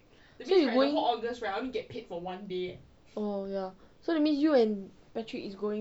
so you going so that means you and patrick is going